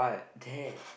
that